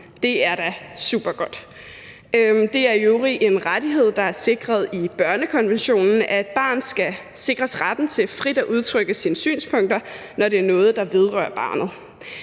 Det er da supergodt. Det er i øvrigt en rettighed, der er sikret i børnekonventionen, at et barn skal sikres retten til frit at udtrykke sine synspunkter, når det er noget, der vedrører barnet.